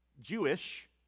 Jewish